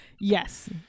Yes